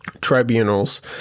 tribunals